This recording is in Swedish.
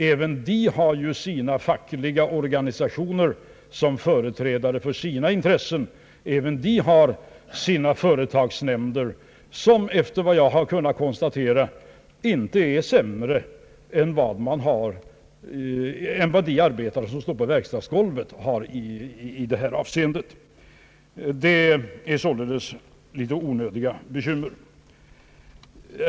Även de har sina fackliga organisationer som företräder deras intressen. Även de har sina företagsnämnder som, efter vad jag har kunnat konstatera, inte är sämre än de arbetare har som står på verkstadsgolvet. Det är således litet onödiga bekymmer.